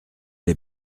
les